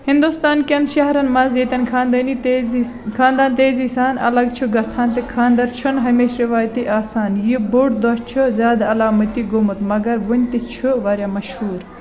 ہندوستان کٮ۪ن شہرَن منٛز ییٚتٮ۪ن خانٛدٲنی تیٖزی ییٚتٮ۪ن خانٛدان تیٖزی سان الگ چھُ گژھان تہٕ خانٛدر چھُنہٕ ہمیشہِ رٮ۪وٲیتی آسان یہِ بوٚڈ دۄہ چھُ زیادٕ علامتی گوٚومُت مگر وُنہِ تہِ چھُ واریاہ مشہور